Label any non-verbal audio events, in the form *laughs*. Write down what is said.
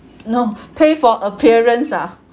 no *laughs* pay for appearance ah